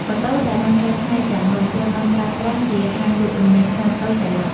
ម៉ូតូដែលបានកែច្នៃទាំងនោះត្រូវបានប្រើប្រាស់ជាហាងលក់ទំនិញខ្នាតតូចចល័ត។